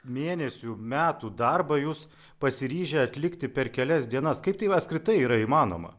mėnesių metų darbą jūs pasiryžę atlikti per kelias dienas kaip tai apskritai yra įmanoma